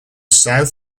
south